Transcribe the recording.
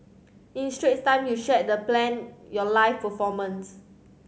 in Straits Time you shared the planned your live performance